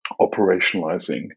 operationalizing